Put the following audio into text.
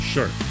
Sure